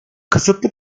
kısıtlı